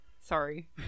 Sorry